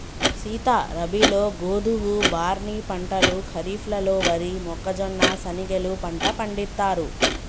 సీత రబీలో గోధువు, బార్నీ పంటలు ఖరిఫ్లలో వరి, మొక్కజొన్న, శనిగెలు పంట పండిత్తారు